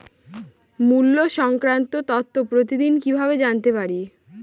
মুল্য সংক্রান্ত তথ্য প্রতিদিন কিভাবে জানতে পারি?